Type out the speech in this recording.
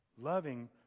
Loving